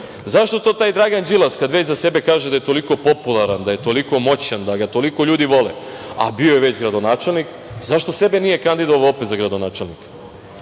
Zašto to taj Dragan Đilas, kad već za sebe kaže da je toliko popularan da je toliko moćan, da ga toliko ljudi vole, a bio je već gradonačelnik, zašto sebe nije kandidovao opet za gradonačelnika?